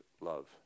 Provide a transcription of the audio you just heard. love